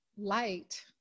light